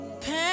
pain